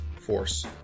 force